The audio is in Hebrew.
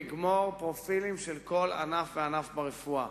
לגמור אישור פרופילים של כל ענף וענף ברפואה.